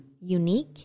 unique